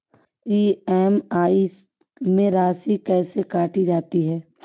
EMI में राशि कैसे काटी जाती है?